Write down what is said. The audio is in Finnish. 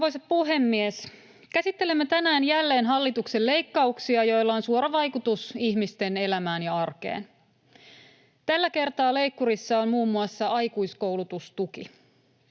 Arvoisa puhemies! Käsittelemme tänään jälleen hallituksen leikkauksia, joilla on suora vaikutus ihmisten elämään ja arkeen. Tällä kertaa leikkurissa on muun muassa aikuiskoulutustuki.